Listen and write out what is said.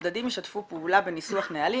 4. הצדדים ישתפו פעולה בניסוח נהלים,